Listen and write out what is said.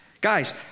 Guys